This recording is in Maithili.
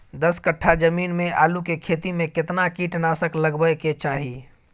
दस कट्ठा जमीन में आलू के खेती म केतना कीट नासक लगबै के चाही?